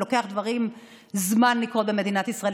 ולוקח לדברים זמן לקרות במדינת ישראל,